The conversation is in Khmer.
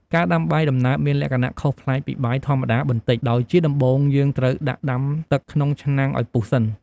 ការដាំបាយដំណើបមានលក្ខណៈខុសប្លែកពីបាយធម្មតាបន្តិច ដោយជាដំបូងយើងត្រូវដាក់ដាំទឹកក្នុងឆ្នាំងឱ្យពុះសិន។